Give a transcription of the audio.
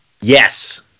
yes